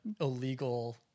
illegal